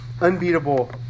unbeatable